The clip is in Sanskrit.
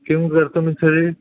किं कर्तुमिच्छति